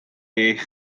eich